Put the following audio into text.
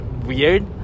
weird